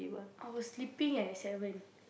I was sleeping at seven